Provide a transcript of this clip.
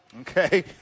Okay